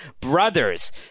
brothers